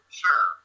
sure